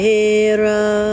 Hera